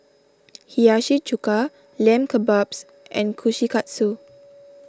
Hiyashi Chuka Lamb Kebabs and Kushikatsu